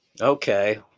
Okay